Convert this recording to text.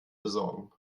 besorgen